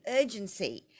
urgency